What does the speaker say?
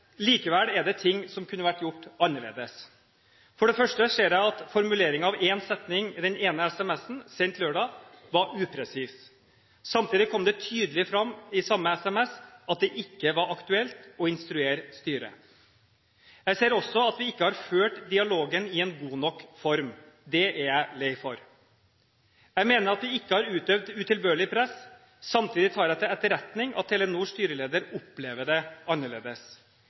Likevel er det ting som kunne vært gjort annerledes. For det første ser jeg at formuleringen av én setning i den ene sms-en sendt lørdag var upresis. Samtidig kom det tydelig fram i samme sms at det ikke var aktuelt å instruere styret. Jeg ser også at vi ikke har ført dialogen i en god nok form. Det er jeg lei for. Jeg mener at vi ikke har utøvd utilbørlig press. Samtidig tar jeg til etterretning at Telenors styreleder opplever det annerledes.